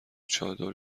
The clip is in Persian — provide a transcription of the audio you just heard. چادر